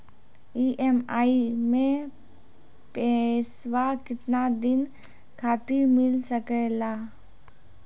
EMI मैं पैसवा केतना दिन खातिर मिल सके ला?